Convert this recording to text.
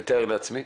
אני מתאר לעצמי.